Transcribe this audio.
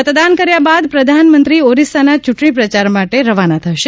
મતદાન કર્યા બાદ પ્રધાનમંત્રી ઓરિસ્સાના ચૂંટણી પ્રચાર માટે રવાના થશે